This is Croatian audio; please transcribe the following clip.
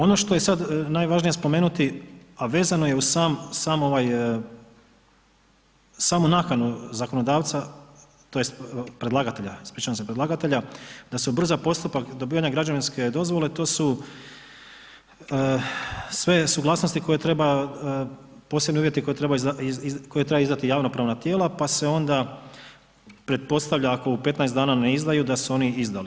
Ono što je sada najvažnije spomenuti, a vezano je uz samu nakanu zakonodavca tj. predlagatelja, ispričavam se, predlagatelja da se ubrza postupak dobivanja građevinske dozvole, to su sve suglasnosti koje treba, posebni uvjeti koje trebaju izdati javnopravna tijela pa se onda pretpostavlja ako u 15 dana ne izdaju da su oni izdali.